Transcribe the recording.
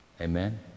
Amen